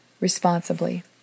responsibly